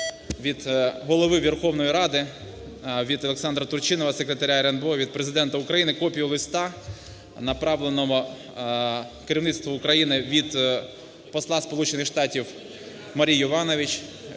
від Голови Верховної Ради, від Олександра Турчинова, Секретаря РНБО, від Президента України копію листа, направленого керівництву України від посла Сполучених